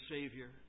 Savior